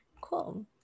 Cool